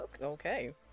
okay